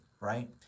right